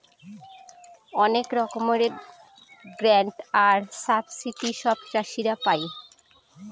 অনেক রকমের গ্রান্টস আর সাবসিডি সব চাষীরা পাই